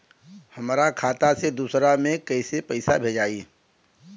हमरा खाता से दूसरा में कैसे पैसा भेजाई?